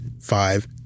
five